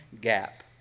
gap